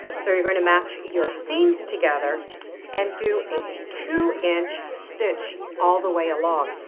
so you're going to match your seams together and do a two and stitch all the way along.